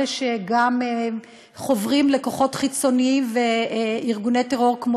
אלה שחוברים לכוחות חיצוניים וארגוני טרור כמו